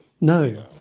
no